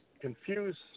confuse